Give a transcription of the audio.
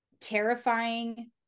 terrifying